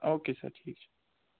okay sir ٹھیٖک چھُ